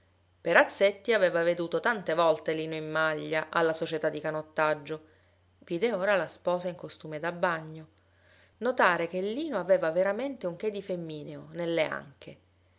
perazzetti aveva veduto tante volte lino in maglia alla società di canottaggio vide ora la sposa in costume da bagno notare che lino aveva veramente un che di femineo nelle anche